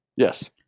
Yes